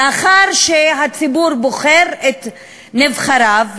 לאחר שהציבור בוחר את נבחריו,